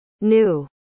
new